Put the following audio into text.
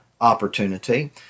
opportunity